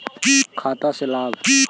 खाता से लाभ?